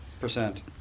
Percent